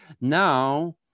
Now